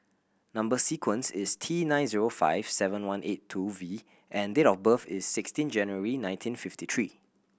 number sequence is T nine zero five seven one eight two V and date of birth is sixteen January nineteen fifty three